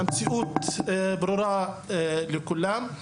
המציאות ברורה לכולם.